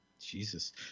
Jesus